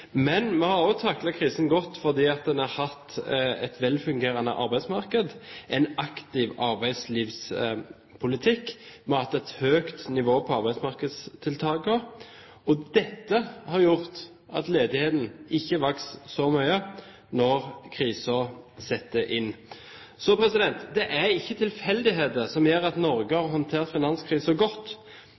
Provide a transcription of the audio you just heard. Men vi har også taklet krisen godt fordi vi har hatt et velfungerende arbeidsmarked, en aktiv arbeidslivspolitikk, og vi har hatt et høyt nivå på arbeidsmarkedstiltakene. Dette har gjort at ledigheten ikke vokste så mye når krisen satte inn. Det er ikke tilfeldigheter som gjør at Norge har håndtert finanskrisen godt.